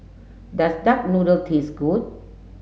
does duck noodle taste good